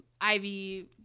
Ivy